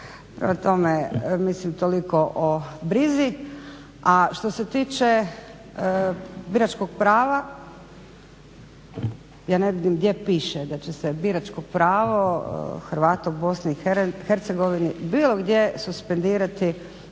Prema tome, toliko o brizi. A što se tiče biračkog prava, ja ne vidim gdje piše da će se biračko pravo Hrvata u BiH bilo gdje suspendirati